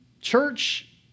Church